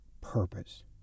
purpose